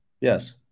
Yes